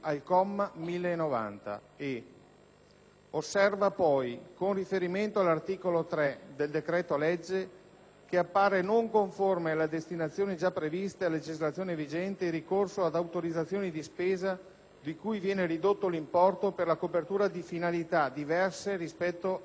Osserva, poi, con riferimento all'articolo 3 del decreto-legge, che appare non conforme alle destinazioni già previste a legislazione vigente il ricorso ad autorizzazioni di spesa di cui viene ridotto l'importo per la copertura di finalità diverse rispetto alle originarie finalizzazioni».